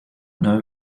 know